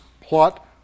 plot